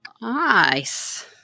nice